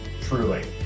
truly